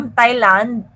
Thailand